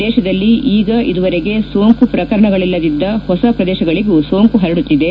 ದೇಶದಲ್ಲಿ ಈಗ ಇದುವರೆಗೆ ಸೋಂಕು ಪ್ರಕರಣಗಳಲ್ಲದಿದ್ದ ಹೊಸ ಪ್ರದೇಶಗಳಗೂ ಸೊಂಕು ಹರಡುತ್ತಿದೆ